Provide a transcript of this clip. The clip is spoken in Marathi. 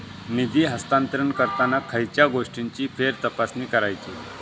निधी हस्तांतरण करताना खयच्या गोष्टींची फेरतपासणी करायची?